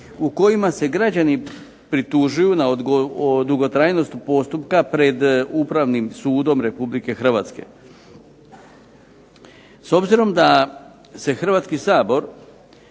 u kojima se građani pritužuju na dugotrajnost postupka pred Upravnim sudom Republike Hrvatske. S obzirom da se Hrvatski sabor